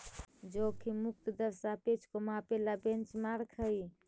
जोखिम मुक्त दर सापेक्ष को मापे ला बेंचमार्क हई